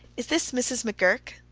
is this mrs. mcgurk?